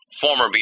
former